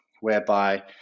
whereby